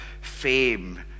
fame